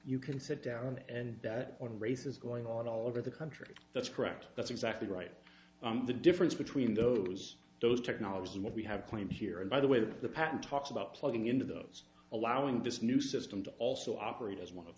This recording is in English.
you can sit down and that one race is going on all over the country that's correct that's exactly right the difference between those those technologies and what we have claimed here and by the way that the patent talks about plugging into those allowing this new system to also operate as one of